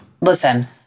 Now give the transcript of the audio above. listen